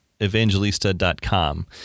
evangelista.com